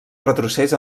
retrocés